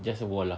just a wall lah